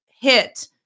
hit